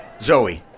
Zoe